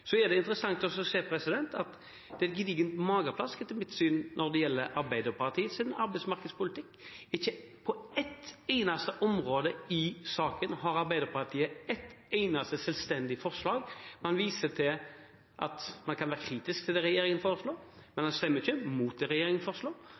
Så er det interessant å se at det er et gedigent mageplask, etter mitt syn, når det gjelder Arbeiderpartiets arbeidsmarkedspolitikk. Ikke på ett eneste område i saken har Arbeiderpartiet ett eneste selvstendig forslag. Man viser til at man kan være kritisk til det regjeringen foreslår, men man stemmer ikke imot det regjeringen foreslår,